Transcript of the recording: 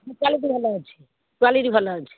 quality ଭଲ ଅଛି quality ଭଲ ଅଛି